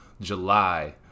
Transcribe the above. July